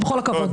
בכל הכבוד.